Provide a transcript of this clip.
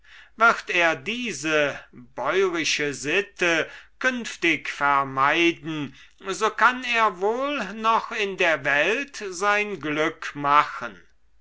wird er diese bäurische sitte künftig vermeiden so kann er wohl noch in der welt sein glück machen